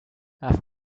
have